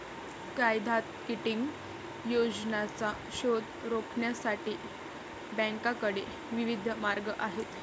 कायद्यात किटिंग योजनांचा शोध रोखण्यासाठी बँकांकडे विविध मार्ग आहेत